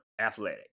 athletic